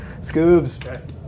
Scoobs